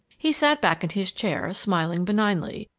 he sat back in his chair, smiling benignly,